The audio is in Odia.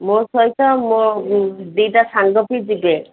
ମୋ ସହିତ ମୋର ଦୁଇଟା ସାଙ୍ଗ ବି ଯିବେ